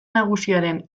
nagusiaren